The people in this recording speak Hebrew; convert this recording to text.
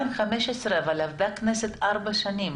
אבל הכנסת עבדה מאז ארבע שנים.